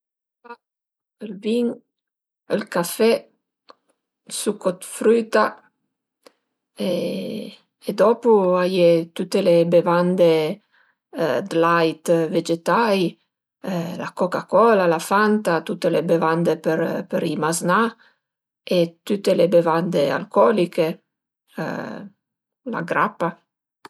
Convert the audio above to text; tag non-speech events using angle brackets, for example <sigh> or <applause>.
<hesitation> ël vin, ël café, succo 'd früita <hesitation> e dopu a ie tüte le bevande d'lait vegetai, la coca cola, la fanta, tüte le bevande për i maznà e tüte le bevande alcoliche, la grapa